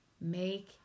make